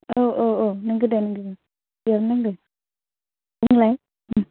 औ औ औ नंगौ दे नंगौ बेयावनो नांदों बुंलाय